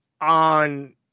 on